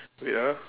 wait ah